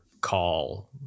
call